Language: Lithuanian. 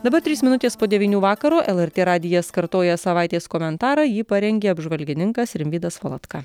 dabar trys minutės po devynių vakaro lrt radijas kartoja savaitės komentarą jį parengė apžvalgininkas rimvydas valatka